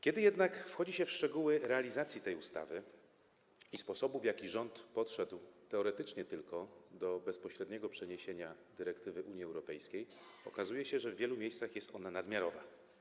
Kiedy jednak wchodzi się w szczegóły realizacji tej ustawy i kwestię sposobu, w jaki rząd podszedł teoretycznie tylko do bezpośredniego przeniesienia dyrektywy Unii Europejskiej, okazuje się, że w wielu miejscach jest ona nadmiarowa.